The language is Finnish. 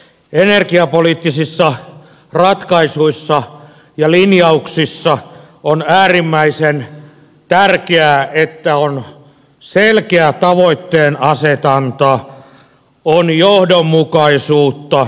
energiapoliittisissa ratkaisuissa ja linjauksissa on äärimmäisen tärkeää että on selkeä tavoitteen asetanta on johdonmukaisuutta